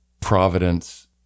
providence